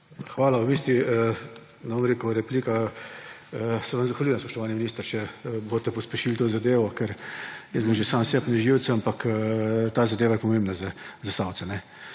Hvala. V bistvu, ne bom rekel replika, se vam zahvaljujem, spoštovani minister, če boste pospešili to zadevo. Ker jaz grem že sam sebi na živce, ampak ta zadeva je pomembna za Zasavce.